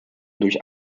durch